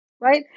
right